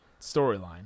storyline